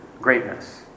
greatness